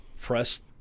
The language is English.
press